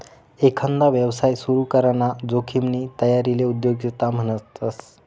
एकांदा यवसाय सुरू कराना जोखिमनी तयारीले उद्योजकता म्हणतस